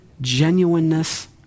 genuineness